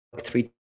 three